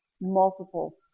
multiple